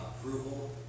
approval